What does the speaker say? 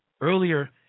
earlier